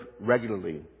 regularly